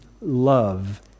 love